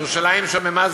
ירושלים שוממה,